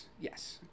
yes